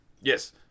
Yes